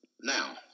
now